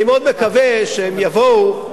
אני מאוד מקווה שהם יבואו,